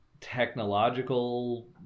technological